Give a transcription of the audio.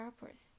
purpose